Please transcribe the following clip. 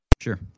Sure